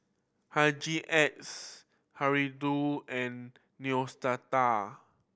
Hygin X Hirudoid and Neostrata